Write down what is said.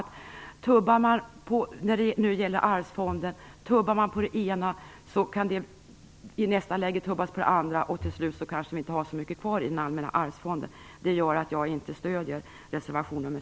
Tummar man på det ena kan det i nästa läge tummas på det andra. Till slut kanske vi inte har så mycket kvar i den allmänna arvsfonden. Det gör att jag inte stöder reservation nr